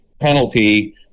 penalty